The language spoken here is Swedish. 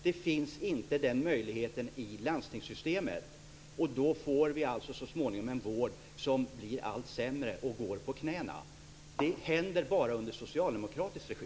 Den möjligheten finns inte i landstingssystemet. Då får vi så småningom en vård som blir allt sämre och går på knäna. Det händer bara under socialdemokratisk regi.